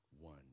one